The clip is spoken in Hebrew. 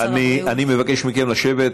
אני מבקש מכם לשבת,